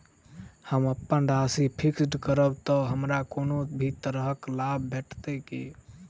हम अप्पन राशि फिक्स्ड करब तऽ हमरा कोनो भी तरहक लाभ भेटत की?